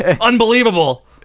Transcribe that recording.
Unbelievable